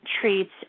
treats